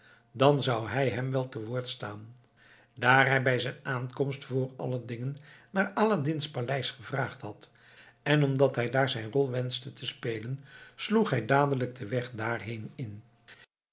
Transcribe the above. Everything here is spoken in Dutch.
dan zou hij hem wel te woord staan daar hij bij zijn aankomst vr alle dingen naar aladdin's paleis gevraagd had en omdat hij daar zijn rol wenschte te spelen sloeg hij dadelijk den weg daarheen in